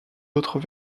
autres